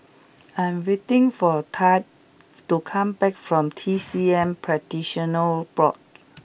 I am waiting for Thad to come back from T C M Practitioners Board